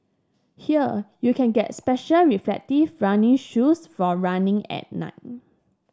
here you can get special reflective running shoes for running at night